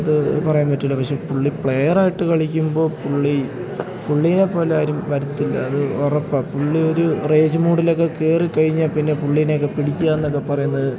അത് പറയാൻ പറ്റില്ല പക്ഷേ പുള്ളി പ്ലേയറായിട്ട് കളിക്കുമ്പോൾ പുള്ളി പുള്ളീനെ പോലാരും വരത്തില്ല അത് ഉറപ്പാണ് പുള്ളി ഒരു റേജ് മൂഡിലൊക്കെ കയറി കഴിഞ്ഞാൽ പിന്നെ പുള്ളീനെയൊക്കെ പിടിക്കുകയെന്നൊക്കെ പറയുന്നത്